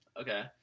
Okay